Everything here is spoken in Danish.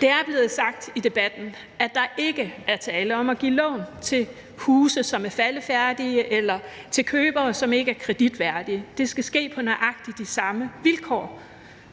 Det er blevet sagt i debatten, at der ikke er tale om at give lån til huse, som er faldefærdige, eller til købere, som ikke er kreditværdige. Det skal ske på nøjagtig de samme vilkår